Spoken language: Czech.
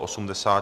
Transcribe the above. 80.